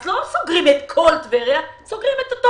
לא סוגרים את כל טבריה אלא סוגרים את אותו